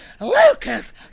Lucas